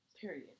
period